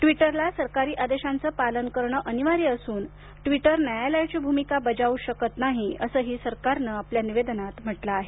ट्विटरला सरकारी आदेशांचं पालन करणं अनिवार्य असूनट्विटर न्यायालयाची भूमिका बजावू शकत नाही असंही सरकारनं आपल्या निवेदनात म्हटलं आहे